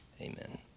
Amen